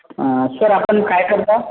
sir आपण काय करता